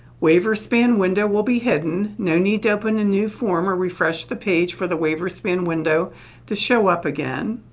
waiver span window will be hidden. no need to open a new form or refresh the page for the waiver span window to show up again.